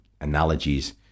analogies